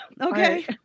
Okay